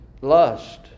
lust